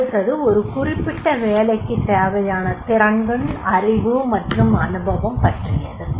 அடுத்தது ஒரு குறிப்பிட்ட வேலைக்குத் தேவையான திறன்கள் அறிவு மற்றும் அனுபவம் பற்றியது